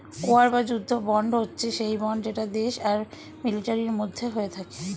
war বা যুদ্ধ bond হচ্ছে সেই বন্ড যেটা দেশ আর মিলিটারির মধ্যে হয়ে থাকে